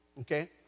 Okay